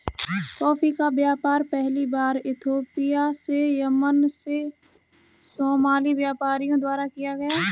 coffee का व्यापार पहली बार इथोपिया से यमन में सोमाली व्यापारियों द्वारा किया गया